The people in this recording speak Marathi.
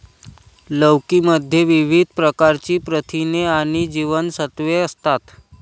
लौकी मध्ये विविध प्रकारची प्रथिने आणि जीवनसत्त्वे असतात